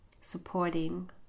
supporting